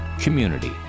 community